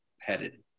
headed